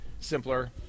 simpler